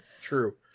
True